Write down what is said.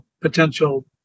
potential